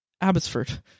Abbotsford